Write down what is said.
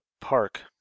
park